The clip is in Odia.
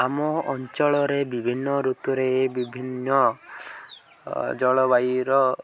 ଆମ ଅଞ୍ଚଳରେ ବିଭିନ୍ନ ଋତୁରେ ବିଭିନ୍ନ ଜଳବାୟୁର